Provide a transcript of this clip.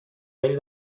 دلیل